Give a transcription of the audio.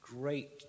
great